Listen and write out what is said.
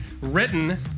written